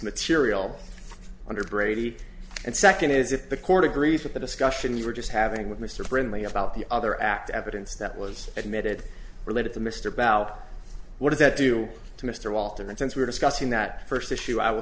material under brady and second is if the court agrees with the discussion you were just having with mr brindley about the other act evidence that was admitted related to mr bout what does that do to mr walton and since we're discussing that first issue i will